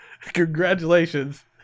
Congratulations